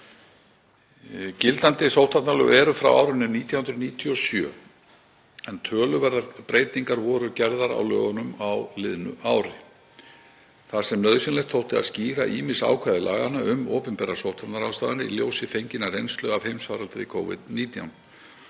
Gildandi sóttvarnalög eru frá árinu 1997 en töluverðar breytingar voru gerðar á lögunum á liðnu ári þar sem nauðsynlegt þótti að skýra ýmis ákvæði laganna um opinberar sóttvarnaráðstafanir í ljósi fenginnar reynslu af heimsfaraldri Covid-19.